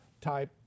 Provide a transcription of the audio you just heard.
type